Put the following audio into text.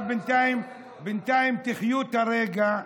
בינתיים תחיו את הרגע,